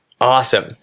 awesome